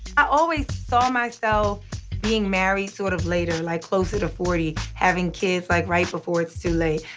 i always saw myself being married sort of later, like, closer to forty, having kids, like, right before it's too late.